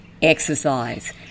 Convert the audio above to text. exercise